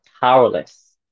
powerless